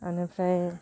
बेनिफ्राय